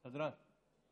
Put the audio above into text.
עד ארבע דקות